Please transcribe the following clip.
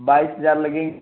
بائیس ہزار لگیں